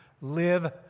live